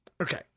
Okay